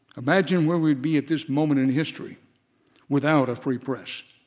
imagine where we'd be at this moment in history without a free press.